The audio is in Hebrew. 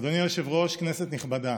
אדוני היושב-ראש, כנסת נכבדה,